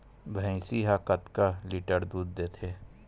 भंइसी हा कतका लीटर दूध देथे?